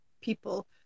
people